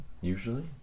usually